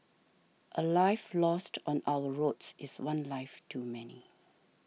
a life lost on our roads is one life too many